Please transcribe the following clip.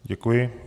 Děkuji.